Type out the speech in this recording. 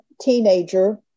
teenager